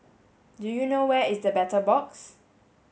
do you know where is The Battle Box